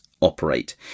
operate